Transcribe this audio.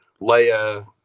Leia –